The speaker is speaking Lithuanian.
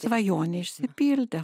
svajonė išsipildė